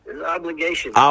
obligation